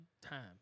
Time